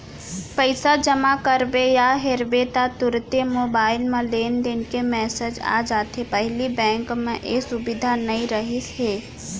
पइसा जमा करबे या हेरबे ता तुरते मोबईल म लेनदेन के मेसेज आ जाथे पहिली बेंक म ए सुबिधा नई रहिस हे